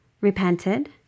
repented